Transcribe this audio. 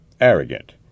Arrogant